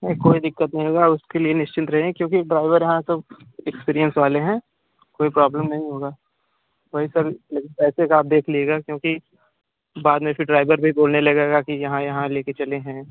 नहीं कोई दिक़्क़त नहीं होगी उसके लिए निश्चिंत रहिए क्योंकि ड्राईवर यहाँ सब एक्स्पीरिएंस वाले हैं कोई प्रॉब्लम नहीं होगी कोई सा भी नहीं पैसे का आप देख लीएगा क्योंकि बाद में फिर ड्राईवर भी बोलने लगेगा कि यहाँ यहाँ लेकर चले हैं